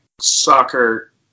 soccer